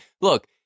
look